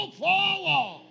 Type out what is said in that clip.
forward